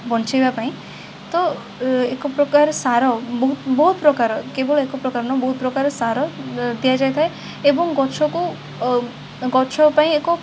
ବଞ୍ଚେଇବାପାଇଁ ତ ଏକପ୍ରକାର ସାର ବହୁତ ପ୍ରକାର କେବଳ ଏକପ୍ରକାର ନୁହଁ ବହୁତ ପ୍ରକାର ସାର ଦିଆଯାଇଥାଏ ଏବଂ ଗଛକୁ ଅ ଗଛପାଇଁ ଏକ